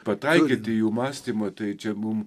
pataikyti į jų mąstymą tai čia mums